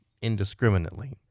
indiscriminately